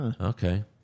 Okay